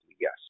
yes